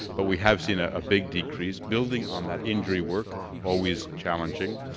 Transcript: but we have seen a big decrease building on that injury work always challenging,